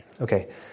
Okay